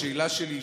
השאלה שלי,